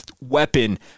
weapon